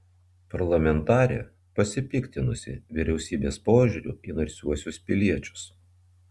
parlamentarė pasipiktinusi vyriausybės požiūriu į narsiuosius piliečius